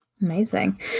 Amazing